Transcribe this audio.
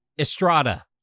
Estrada